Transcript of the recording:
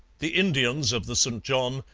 the indians of the st john,